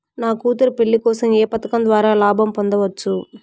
నా కూతురు పెళ్లి కోసం ఏ పథకం ద్వారా లాభం పొందవచ్చు?